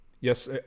Yes